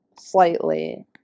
slightly